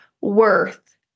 worth